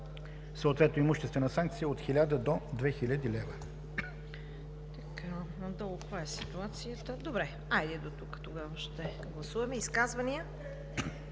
съответно имуществена санкция от 1000 до 10 000 лв.